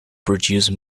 produce